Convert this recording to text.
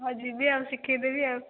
ହଁ ଯିବି ଆଉ ଶିଖେଇ ଦେବି ଆଉ